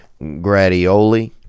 gradioli